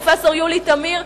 פרופסור יולי תמיר,